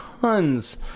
tons